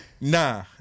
Nah